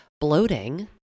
bloating